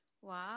¡Wow